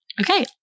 Okay